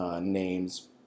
names